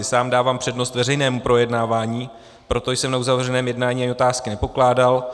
Sám dávám přednost veřejnému projednávání, proto jsem na uzavřeném jednání ani otázky nepokládal.